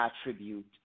attribute